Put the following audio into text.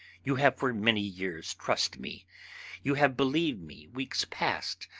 you have for many years trust me you have believe me weeks past,